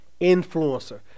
influencer